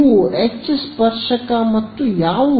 ಇವು ಎಚ್ ಸ್ಪರ್ಶಕ ಮತ್ತು ಯಾವುದು